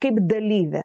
kaip dalyvė